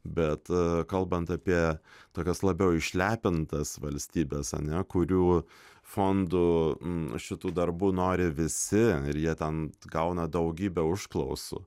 bet kalbant apie tokias labiau išlepintas valstybes a ne kurių fondų šitų darbų nori visi ir jie ten gauna daugybę užklausų